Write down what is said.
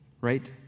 right